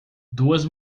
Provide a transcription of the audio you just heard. duas